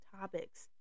topics